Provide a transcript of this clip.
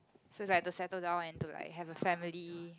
so it's like to settle down and to like have a family